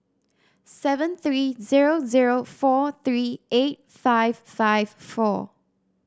seven three zero zero four three eight five five four